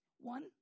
one